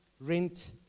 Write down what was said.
rent